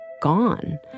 gone